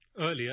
Earlier